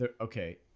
okay